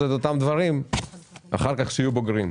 את אותם דברים אחר כך כשיהיו בוגרים.